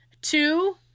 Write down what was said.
Two